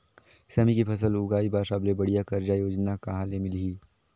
सेमी के फसल उगाई बार सबले बढ़िया कर्जा योजना कहा ले मिलही?